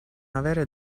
avere